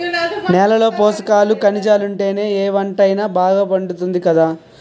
నేలలో పోసకాలు, కనిజాలుంటేనే ఏ పంటైనా బాగా పండుతాది కదా